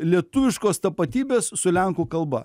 lietuviškos tapatybės su lenkų kalba